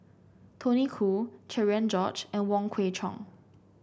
Tony Khoo Cherian George and Wong Kwei Cheong